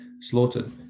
slaughtered